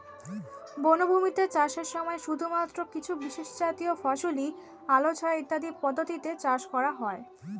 বনভূমিতে চাষের সময় শুধুমাত্র কিছু বিশেষজাতীয় ফসলই আলো ছায়া ইত্যাদি পদ্ধতিতে চাষ করা হয়